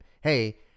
hey